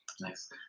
Nice